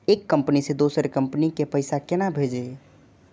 एक कंपनी से दोसर कंपनी के पैसा केना भेजये?